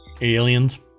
Aliens